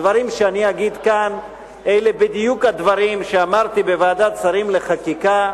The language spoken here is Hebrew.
הדברים שאני אגיד כאן אלה בדיוק הדברים שאמרתי בוועדת שרים לחקיקה.